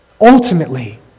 ultimately